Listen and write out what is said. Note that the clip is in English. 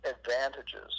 advantages